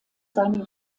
seine